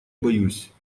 боюсь